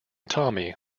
tommy